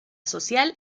social